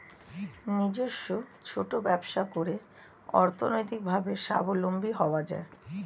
নিজস্ব ছোট ব্যবসা করে অর্থনৈতিকভাবে স্বাবলম্বী হওয়া যায়